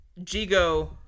Jigo